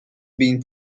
been